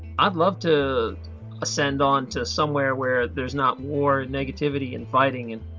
i'd love to ascend on to somewhere where there's not war, negativity and fighting. and